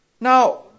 Now